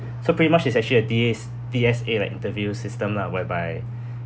so pretty much it's actually a D_S~ D_S_A like interview system lah whereby